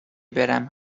برم